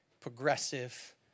progressive